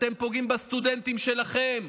אתם פוגעים בסטודנטים שלכם.